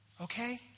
Okay